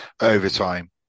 overtime